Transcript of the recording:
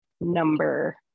number